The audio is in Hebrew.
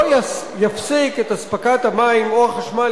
לא יפסיקו את אספקת המים או החשמל,